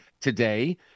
today